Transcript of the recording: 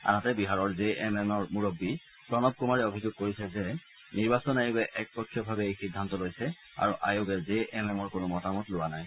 আনহাতে বিহাৰৰ J M M মূৰববী প্ৰণৱ কুমাৰে অভিযোগ কৰিছে যে নিৰ্বাচন আয়োগে একপক্ষীয়ভাৱে এই সিদ্ধান্ত লৈছে আৰু আয়োগে জে এম এমৰ কোনো মতামত লোৱা নাই